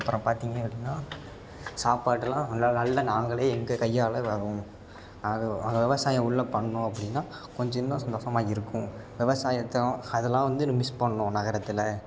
அப்புறம் பார்த்தீங்க அப்படின்னா சாப்பாடுலாம் எல்லா நல்லா நாங்களே எங்கள் கையால் வரும் அது விவசாயம் உள்ள பண்ணோம் அப்படின்னா கொஞ்சம் இன்னும் சந்தோஷமா இருக்கும் விவசாயத்தை அதல்லாம் வந்து மிஸ் பண்ணோம் நகரத்தில்